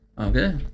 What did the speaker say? Okay